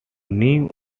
new